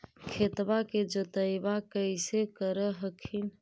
खेतबा के जोतय्बा कैसे कर हखिन?